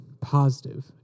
positive